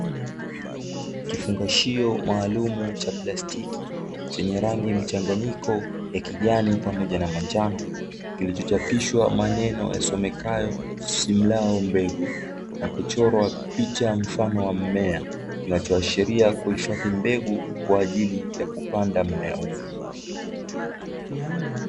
Kifungashio maalumu cha plastiki, chenye rangi mchanganyiko, ya kijani pamoja na manjano. Kilicho chapishwa maneno yasomekayo "Simrao mbegu" nakuchorwa picha mfano wa mmea, kinacho ashiria kuhifadhi mbegu kwa ajili ya kupanda mmea huo.